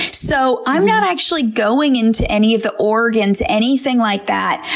so, i'm not actually going into any of the organs, anything like that.